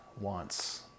wants